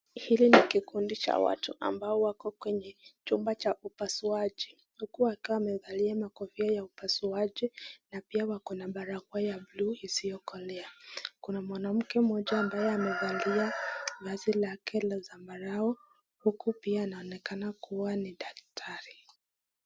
Hili ni kikundi cha watu ambao wako kwenye chumba cha upasuaji huku wakiwa wamevalia makofia ya upasuaji na pia wako na barakoa ya buluu isiyokolea. Kuna mwanamke mmoja ambaye amevalia vazi lake la zambarau huku pia anaonekana kuwa ni daktari.